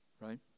Right